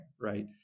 Right